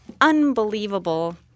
unbelievable –